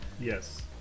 Yes